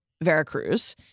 Veracruz